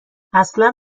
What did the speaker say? اصلا